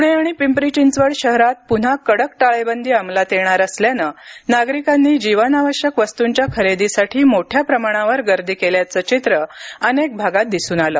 प्णे आणि पिंपरी चिंचवड शहरात प्न्हा कडक टाळेबंदी अंमलात येणार असल्यानं नागरिकांनी जीवनावश्यक वस्तूंच्या खरेदीसाठी मोठ्या प्रमाणावर गर्दी केल्याचं चित्र अनेक भागात दिसून आलं